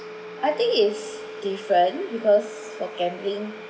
I think it's different because for gambling